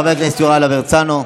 חבר הכנסת יוראי להב הרצנו.